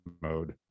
mode